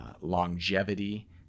longevity